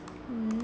mm